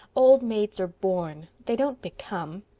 old maids are born. they don't become.